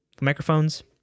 microphones